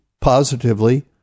positively